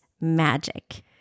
magic